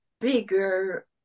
bigger